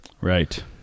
Right